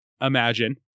imagine